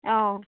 অঁ